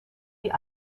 die